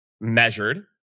measured